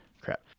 Crap